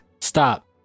Stop